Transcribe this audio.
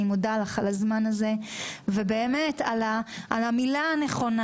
ואני מודה לך על הזמן הזה ובאמת על המילה הנכונה